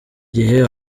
gihe